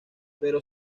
pero